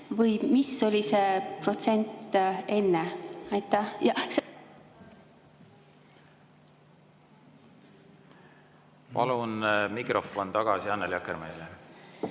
või mis oli see protsent enne? Palun mikrofon tagasi Annely Akkermannile.